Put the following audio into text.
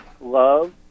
love